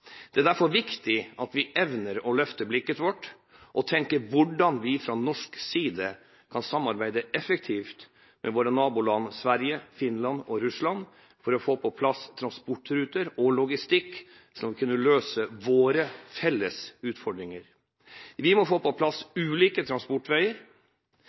Det er derfor viktig at vi evner å løfte blikket vårt og tenker på hvordan vi fra norsk side kan samarbeide effektivt med våre naboland, Sverige, Finland og Russland, for å få på plass transportruter og logistikk som kan løse våre felles utfordringer. Vi må få på